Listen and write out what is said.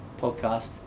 podcast